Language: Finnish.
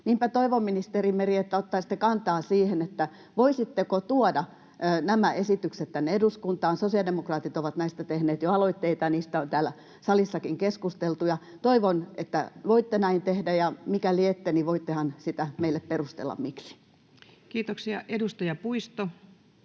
Niinpä toivon, ministeri Meri, että ottaisitte kantaa siihen, voisitteko tuoda nämä esitykset tänne eduskuntaan. Sosiaalidemokraatit ovat näistä tehneet jo aloitteita, ja niistä on täällä salissakin keskusteltu. Toivon, että voitte näin tehdä, ja mikäli ette, niin voittehan meille perustella, miksi? [Speech 175]